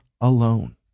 alone